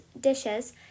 dishes